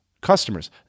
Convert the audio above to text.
customers